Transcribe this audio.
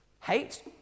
Hate